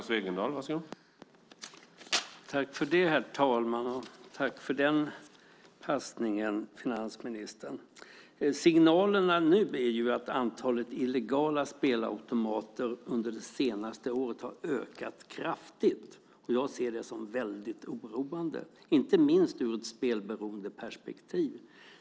Herr talman! Tack för den passningen, finansministern! Signalerna nu är att antalet illegala spelautomater under det senaste året har ökat kraftigt. Detta är väldigt oroande, inte minst ur ett spelberoendeperspektiv.